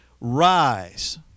rise